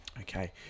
Okay